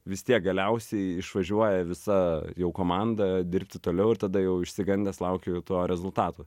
vis tiek galiausiai išvažiuoja visa jau komanda dirbti toliau ir tada jau išsigandęs laukiu jau to rezultato